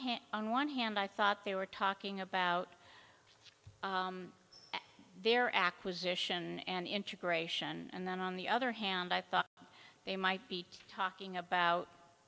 hand on one hand i thought they were talking about their acquisition and integration and then on the other hand i thought they might be talking about